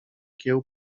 kieł